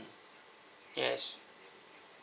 yes